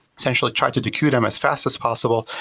essentially try to decode them as fast as possible,